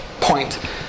point